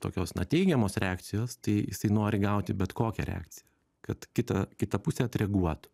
tokios na teigiamos reakcijos tai jisai nori gauti bet kokią reakciją kad kita kita pusė atreaguotų